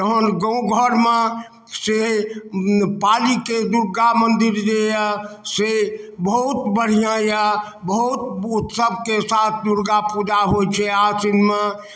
तहन गामघरमे से पालीके दुर्गा मन्दिर जे अइ से बहुत बढ़िआँ अइ बहुत उत्सवके साथ दुर्गा पूजा होइ छै आसिनमे